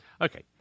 Okay